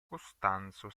costanzo